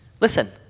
Listen